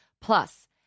Plus